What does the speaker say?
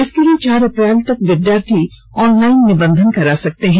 इसके लिए चार अप्रैल तक विद्यार्थी ऑनलाइन निबंधन करा सकते हैं